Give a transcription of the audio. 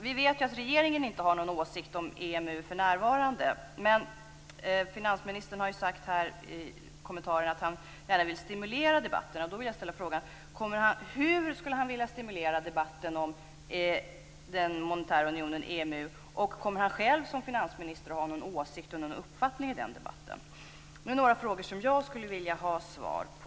Vi vet att regeringen inte har någon åsikt om EMU för närvarande. Finansministern har sagt att han gärna vill stimulera debatten. Hur skulle finansministern vilja stimulera debatten om den monetära unionen, EMU? Kommer Bosse Ringholm själv som finansminister att ha någon åsikt i den debatten? Detta är några frågor som jag skulle vilja ha svar på.